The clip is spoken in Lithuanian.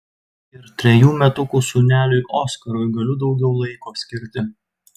ir trejų metukų sūneliui oskarui galiu daugiau laiko skirti